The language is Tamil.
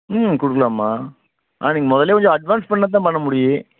ம் கொடுக்கலாமா ஆனால் நீங்கள் முதலிலே கொஞ்சம் அட்வான்ஸ் பண்ணால்தான் பண்ண முடியும்